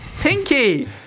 Pinky